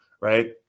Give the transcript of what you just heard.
right